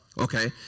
Okay